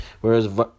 whereas